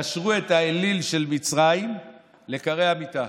קשרו את האליל של מצרים לכרי המיטה,